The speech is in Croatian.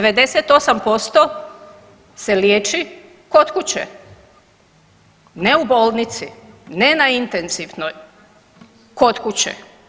98% se liječi kod kuće, ne u bolnici, ne na intenzivnoj, kod kuće.